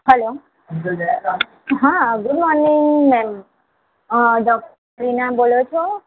hello હા good morning ma'am doctor Heena બોલો છો